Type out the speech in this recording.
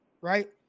right